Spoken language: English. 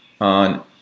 on